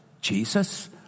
Jesus